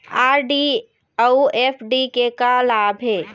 RD अऊ FD के का लाभ हे?